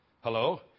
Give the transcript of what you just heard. Hello